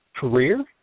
career